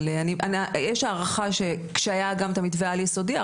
אבל יש הערכה שכשהיה גם את המתווה העל יסודי,